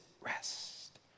rest